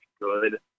good